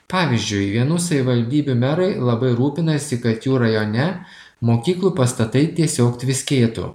pavyzdžiui vienų savivaldybių merai labai rūpinasi kad jų rajone mokyklų pastatai tiesiog tviskėtų